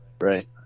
Right